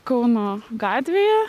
kauno gatvėje